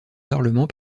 parlement